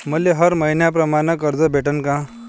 मले हर मईन्याप्रमाणं कर्ज भेटन का?